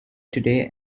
today